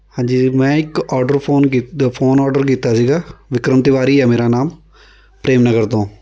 ਹਾਂਜੀ ਮੈਂ ਇੱਕ ਔਡਰ ਫ਼ੋਨ ਕੀ ਦਾ ਫ਼ੋਨ ਔਡਰ ਕੀਤਾ ਸੀਗਾ ਵਿਕਰਮ ਤਿਵਾਰੀ ਹੈ ਮੇਰਾ ਨਾਮ ਪ੍ਰੇਮ ਨਗਰ ਤੋਂ